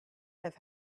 have